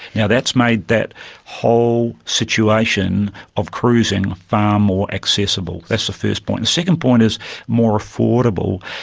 now, that's made that whole situation of cruising far more accessible. that's the first point. the second point is more affordable,